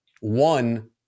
one